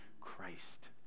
Christ